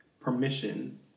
permission